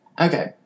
Okay